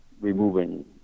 removing